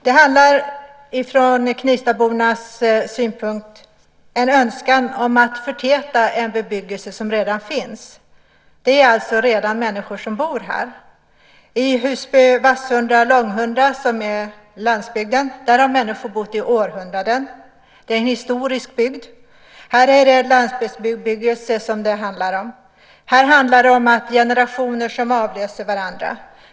Det handlar från knivstabornas synpunkt om en önskan om att förtäta en bebyggelse som redan finns. Det är alltså redan människor som bor här. I Husby-Långhundra och Vassunda, som är landsbygd, har människor bott i århundraden. Det är en historisk byggd. Här är det landsbygdsbebyggelse som det handlar om. Det är generationer som avlöser varandra.